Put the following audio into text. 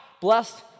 blessed